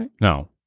No